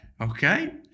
Okay